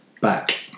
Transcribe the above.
Back